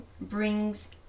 brings